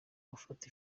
gufata